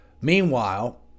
Meanwhile